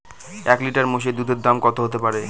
এক লিটার মোষের দুধের দাম কত হতেপারে?